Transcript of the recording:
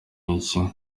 nk’iki